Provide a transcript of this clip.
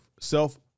Self